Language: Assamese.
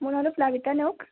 মোৰ নামটো প্লাবিতা নেওগ